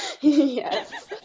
Yes